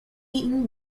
eaten